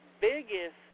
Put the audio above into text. biggest